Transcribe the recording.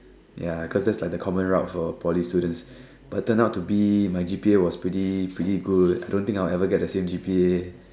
ya cause that's like the common route for Poly students but turned out to be my G_P_A was pretty pretty good I don't think I'll ever get the same G_P_A